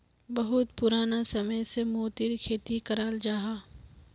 बहुत पुराना समय से मोतिर खेती कराल जाहा